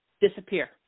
disappear